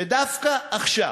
ודווקא עכשיו,